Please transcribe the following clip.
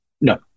No